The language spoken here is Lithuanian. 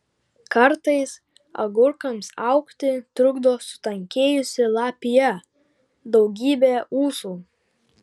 kartais agurkams augti trukdo sutankėjusi lapija daugybė ūsų